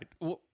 right